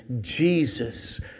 Jesus